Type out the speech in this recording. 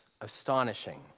astonishing